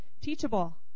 Teachable